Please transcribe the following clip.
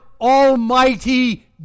almighty